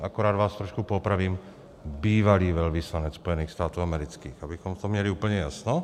Akorát vás trošku poopravím bývalý velvyslanec Spojených států amerických, abychom v tom měli úplně jasno.